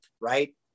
right